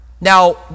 Now